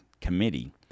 Committee